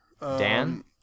Dan